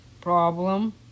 problem